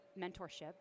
mentorship